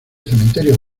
cementerio